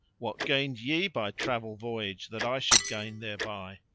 what gained ye by travel voyage that i should gain thereby?